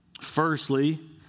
Firstly